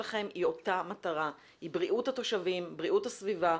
המטרה שלכם היא אותה מטרה והיא בריאות התושבים ובריאות הסביבה.